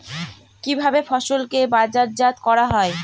কিভাবে ফসলকে বাজারজাত করা হয়?